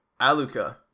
Aluka